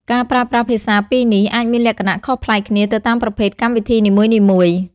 ការប្រើប្រាស់ភាសាពីរនេះ អាចមានលក្ខណៈខុសប្លែកគ្នាទៅតាមប្រភេទកម្មវិធីនីមួយៗ។